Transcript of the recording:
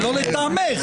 לא לטענך.